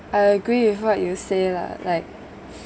I agree with what you say lah like